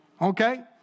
okay